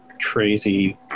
crazy